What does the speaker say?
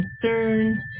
concerns